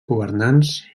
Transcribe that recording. governants